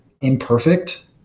imperfect